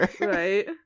Right